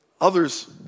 Others